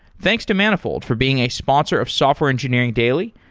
thanks to manifold for being a sponsor of software engineering daily,